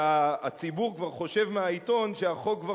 והציבור כבר חושב מהעיתון שהחוק כבר